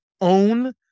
own